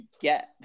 get